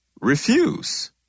refuse